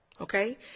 Okay